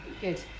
good